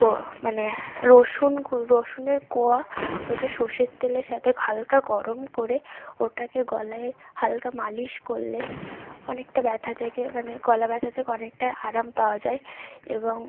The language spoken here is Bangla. গো মানে রসুন রসুনের কোয়া ওটা সর্ষের তেলের সাথে হালকা গরম করে ওটাকে গলায় হালকা মালিশ করলে অনেকটা ব্যথা থেকে মানে গলা ব্যথা থেকে অনেকটাই আরাম পাওয়া যায় এবং